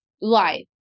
life